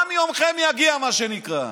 גם יומכם יגיע, מה שנקרא.